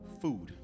food